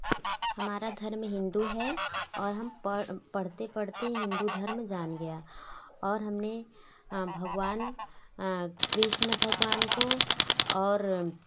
हमारा धर्म हिंदू है और हम पढ़ते पढ़ते हिंदू धर्म जान गया और हमने भगवान कृष्ण भगवान को और